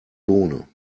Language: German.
bohne